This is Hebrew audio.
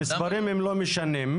המספרים הם לא משנים.